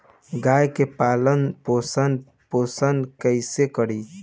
गाय के पालन पोषण पोषण कैसे करी?